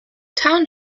town